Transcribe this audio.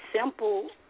simple